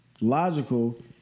logical